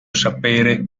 sapere